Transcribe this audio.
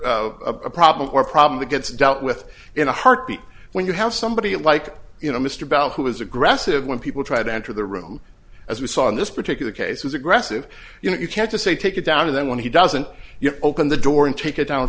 silly problem or problem that gets dealt with in a heartbeat when you have somebody like you know mr bell who was aggressive when people tried to enter the room as we saw in this particular case was aggressive you know you can't just say take it down and then when he doesn't you open the door and take it down